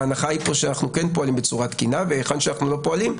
ההנחה היא פה שאנחנו כן פועלים בצורה תקינה והיכן שאנחנו לא פועלים,